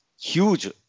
Huge